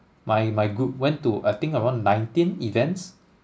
my my group went to I think around nineteen events